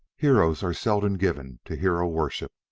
heroes are seldom given to hero-worship,